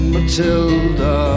Matilda